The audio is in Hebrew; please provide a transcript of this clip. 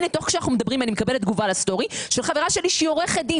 תוך שאנו מדברים אני מקבלת תגובה לסטורי של חברה שלי שהיא עורכת דין